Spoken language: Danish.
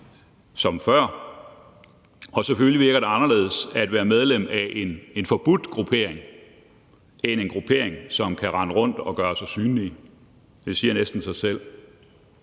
som før, og selvfølgelig virker det anderledes at være medlem af en forbudt gruppering end af en gruppering, som kan rende rundt og gøre sig synlige. Det siger næsten sig selv.